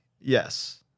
Yes